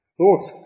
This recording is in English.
thoughts